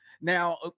Now